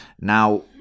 Now